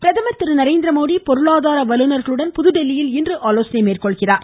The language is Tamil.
பிரதமர் திருநரேந்திரமோடி பொருளாதார வல்லுனர்களுடன் புதுதில்லியில் இன்று ஆலோசனை மேற்கொள்கிறார்